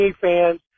fans